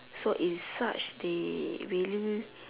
so in such they really